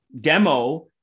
demo